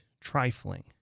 trifling